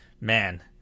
man